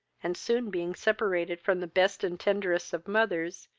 and soon being separated from the best and tenderest of mothers,